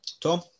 Tom